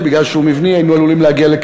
נא להצביע.